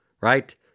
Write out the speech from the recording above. right